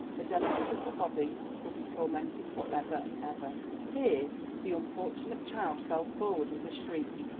her delicate little body will be tormented for ever and ever here the unfortunate child fell forward with a shriek.